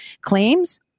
claims